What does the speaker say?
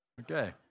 Okay